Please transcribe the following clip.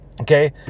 Okay